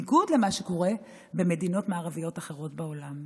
יש לומר שבניגוד למה שקורה במדינות מערביות אחרות בעולם.